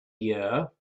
year